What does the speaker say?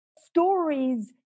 stories